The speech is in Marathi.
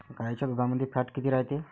गाईच्या दुधामंदी फॅट किती रायते?